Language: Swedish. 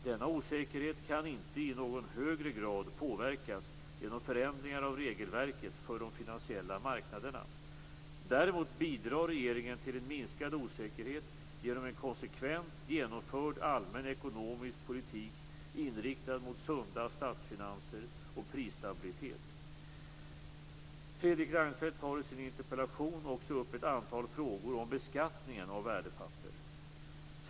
Denna osäkerhet kan inte i någon högre grad påverkas genom förändringar av regelverket för de finansiella marknaderna. Däremot bidrar regeringen till en minskad osäkerhet genom en konsekvent genomförd allmän ekonomisk politik inriktad mot sunda statsfinanser och prisstabilitet. Fredrik Reinfeldt tar i sin interpellation också upp ett antal frågor om beskattningen av värdepapper.